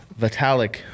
Vitalik